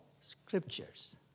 scriptures